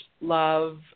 love